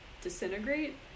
disintegrate